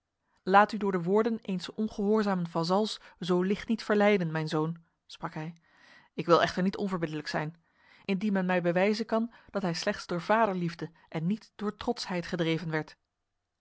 laat u door de woorden eens ongehoorzamen vazals zo licht niet verleiden mijn zoon sprak hij ik wil echter niet onverbiddelijk zijn indien men mij bewijzen kan dat hij slechts door vaderliefde en niet door trotsheid gedreven werd